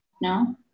No